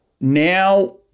now